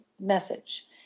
message